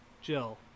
Jill